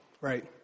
right